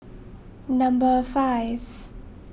number five